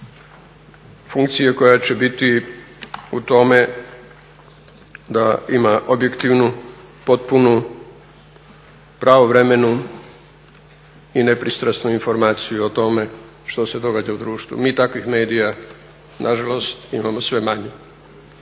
funkcije koja će biti u tome da ima objektivnu, potpunu, pravovremenu i nepristranu informaciju o tome što se događa u društvu. Mi takvih medija na žalost imamo sve manje.